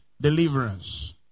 deliverance